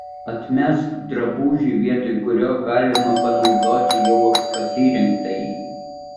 atmesk drabužį vietoj kurio galima panaudoti jau pasirinktąjį